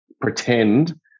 pretend